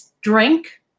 drink